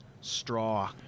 Straw